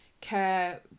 care